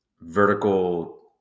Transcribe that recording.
vertical